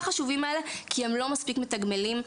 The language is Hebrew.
חשובים האלה כי הם לא מספיק מתגמלים.